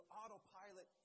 autopilot